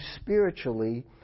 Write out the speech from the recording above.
spiritually